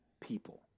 people